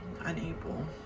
unable